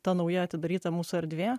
ta nauja atidaryta mūsų erdvė